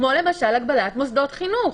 כמו למשל הגבלת מוסדות חינוך,